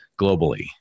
globally